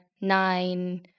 nine